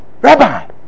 Rabbi